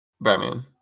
Batman